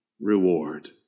reward